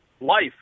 Life